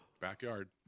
backyard